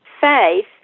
Faith